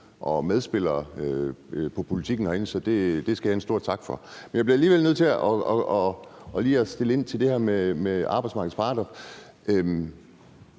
forhold til politikken herinde. Det skal I have en stor tak for. Men jeg bliver alligevel nødt til lige at spørge ind til det her med arbejdsmarkedets parter.